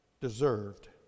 deserved